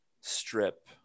strip